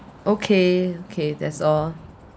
okay okay that's all